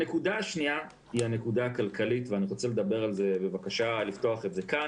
הנקודה השנייה היא הנקודה הכלכלית ואני רוצה בבקשה לפתוח את זה כאן